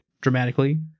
dramatically